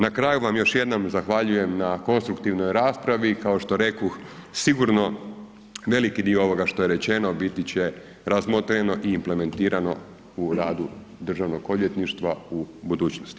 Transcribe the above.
Na kraju vam još jednom zahvaljujem na konstruktivnoj raspravim, kao što rekoh, sigurno veliki dio ovoga što j rečeno biti će razmotreno i implementirano u radu Državnog odvjetništva u budućnosti.